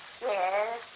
Yes